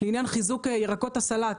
לעניין חיזוק ירקות הסלט,